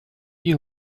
you